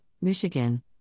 Michigan